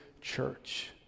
church